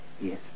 Yes